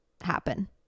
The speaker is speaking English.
happen